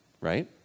right